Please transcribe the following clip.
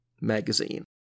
magazine